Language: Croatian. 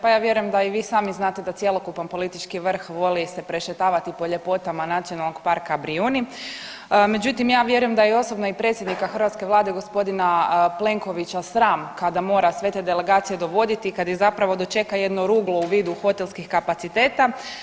Pa ja vjerujem da i vi sami znate da cjelokupan politički vrh voli se prešetavati po ljepotama Nacionalnog parka Brijuni, međutim, ja vjerujem da i osobno predsjednika hrvatske Vlade g. Plenkovića sram kada mora sve te delegacije dovoditi, kad ih zapravo dočeka jedno ruglo u vidu hotelskih kapaciteta.